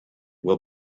will